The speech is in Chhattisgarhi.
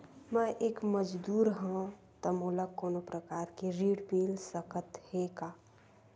मैं एक मजदूर हंव त मोला कोनो प्रकार के ऋण मिल सकत हे का?